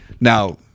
now